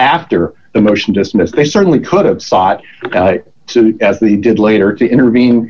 after the motion dismissed they certainly could have sought to as they did later to intervene